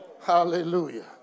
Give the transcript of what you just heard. Hallelujah